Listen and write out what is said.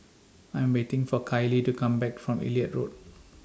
I Am waiting For Kailey to Come Back from Elliot Road